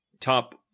top